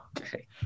Okay